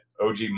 OG